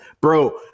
Bro